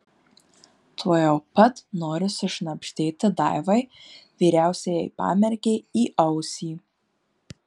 tuojau pat nori sušnabždėti daivai vyriausiajai pamergei į ausį